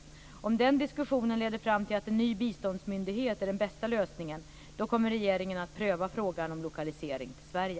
Om den diskussionen leder fram till att en ny biståndsmyndighet är den bästa lösningen kommer regeringen att pröva frågan om lokalisering till Sverige.